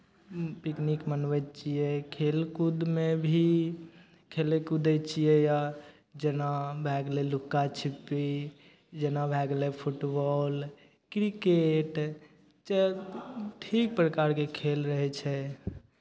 picnic मनबै छियै खेलकूदमे भी खेलै कूदै छियै या जेना भए गेलै लुका छिप्पी जेना भए गेलै फुटबॉल क्रिकेट ठीक प्रकारके खेल रहै छै